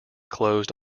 closed